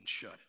shut